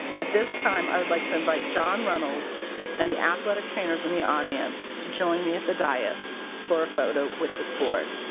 at this time i would like to invid john reynolds and the athletic trainers in the audience to join me at the dais for a photo with this board.